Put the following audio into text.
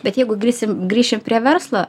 bet jeigu grisim grįšim prie verslo